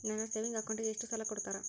ನನ್ನ ಸೇವಿಂಗ್ ಅಕೌಂಟಿಗೆ ಎಷ್ಟು ಸಾಲ ಕೊಡ್ತಾರ?